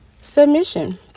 submission